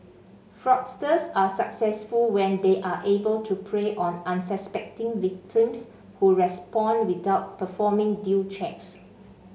fraudsters are successful when they are able to prey on unsuspecting victims who respond without performing due checks